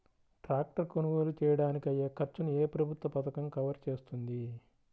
Tractor కొనుగోలు చేయడానికి అయ్యే ఖర్చును ఏ ప్రభుత్వ పథకం కవర్ చేస్తుంది?